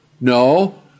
No